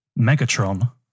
Megatron